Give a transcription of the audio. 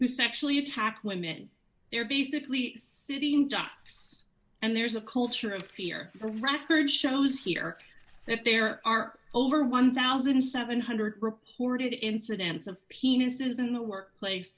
who sexually attack women they're basically sitting ducks and there's a culture of fear the record shows here that there are over one thousand seven hundred dollars reported incidents of penises in the workplace